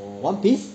one piece